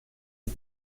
als